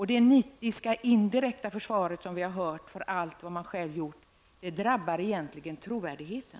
Det nitiska indirekta försvar som vi har hört för allt som har gjorts drabbar egentligen trovärdigheten.